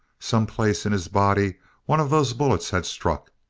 some place in his body one of those bullets had struck.